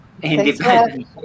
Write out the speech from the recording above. Independent